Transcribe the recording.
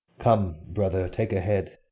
come, brother, take a head,